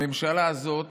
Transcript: הממשלה הזאת